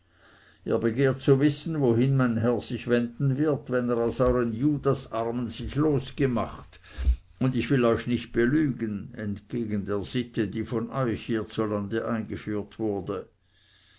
begehrt zu wissen wohin mein herr sich wenden wird wenn er aus euern judasarmen sich losgemacht hat und ich will euch nicht belügen entgegen der sitte die von euch hiezulande eingeführt wurde